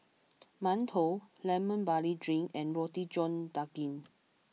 Mantou Lemon Barley Drink and Roti John Daging